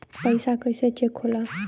पैसा कइसे चेक होला?